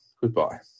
Goodbye